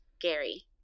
Gary